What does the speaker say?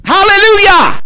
Hallelujah